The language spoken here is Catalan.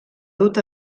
dut